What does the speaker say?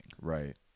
right